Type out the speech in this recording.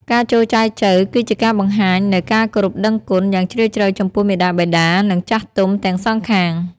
ការចូលចែចូវគឺជាការបង្ហាញនូវ ការគោរពដឹងគុណ យ៉ាងជ្រាលជ្រៅចំពោះ មាតាបិតា និង ចាស់ទុំ ទាំងសងខាង។